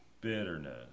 bitterness